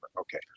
Okay